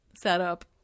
setup